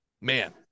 man